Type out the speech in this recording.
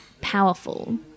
powerful